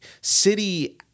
City